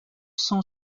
cent